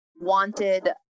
wanted